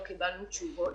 לא קיבלנו תשובות,